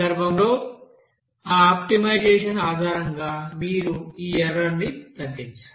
ఈ సందర్భంలో ఆ ఆప్టిమైజేషన్ ఆధారంగా మీరు ఈ ఎర్రర్ ని తగ్గించాలి